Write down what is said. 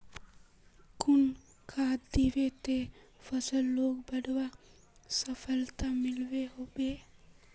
कुन खाद दिबो ते फसलोक बढ़वार सफलता मिलबे बे?